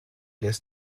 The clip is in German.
lässt